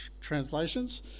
translations